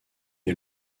est